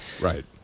Right